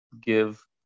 give